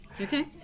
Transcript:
Okay